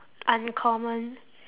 uncommon